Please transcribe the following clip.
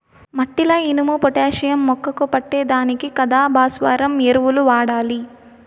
మట్టిల ఇనుము, పొటాషియం మొక్కకు పట్టే దానికి కదా భాస్వరం ఎరువులు వాడాలి